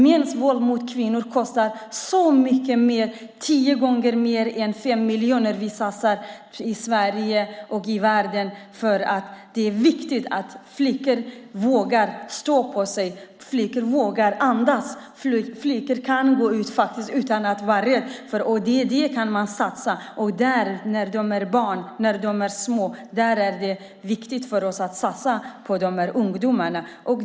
Mäns våld mot kvinnor kostar nämligen så mycket mer - tio gånger mer än 5 miljoner. Vi satsar i Sverige och i världen eftersom det är viktigt att flickor vågar stå på sig, vågar andas och kan gå ut utan att vara rädda. Det ska man satsa på när de är barn. Det är viktigt för oss att satsa på ungdomarna.